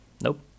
Nope